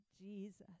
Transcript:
Jesus